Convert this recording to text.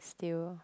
still